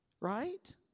Right